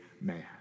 man